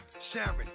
Sharon